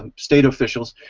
um state officials,